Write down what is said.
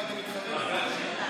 לי.